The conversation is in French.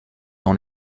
dans